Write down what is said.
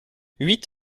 huit